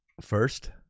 First